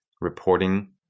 reporting